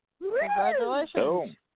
Congratulations